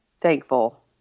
thankful